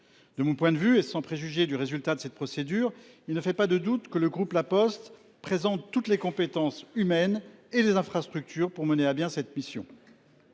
De mon point de vue, sans préjuger du résultat de cette procédure, il ne fait pas de doute que le groupe La Poste présente toutes les compétences humaines et les infrastructures nécessaires pour mener à bien cette mission.